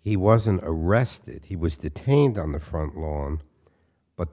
he wasn't arrested he was detained on the front lawn but